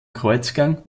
kreuzgang